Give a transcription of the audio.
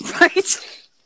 Right